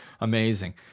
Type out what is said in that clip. amazing